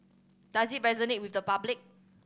does it resonate with the public